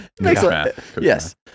Yes